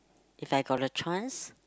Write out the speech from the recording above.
if I got the chance